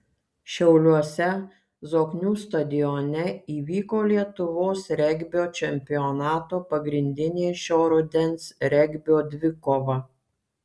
šiauliuose zoknių stadione įvyko lietuvos regbio čempionato pagrindinė šio rudens regbio dvikova